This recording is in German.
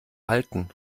halten